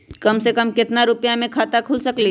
कम से कम केतना रुपया में खाता खुल सकेली?